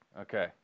okay